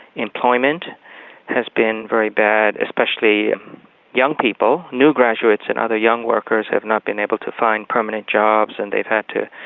employment has been very bad, especially young people. new graduates and other young workers have not been able to find permanent jobs and they've had to.